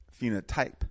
phenotype